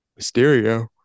Mysterio